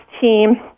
team